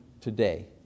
today